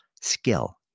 skill